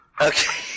Okay